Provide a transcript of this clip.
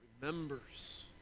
remembers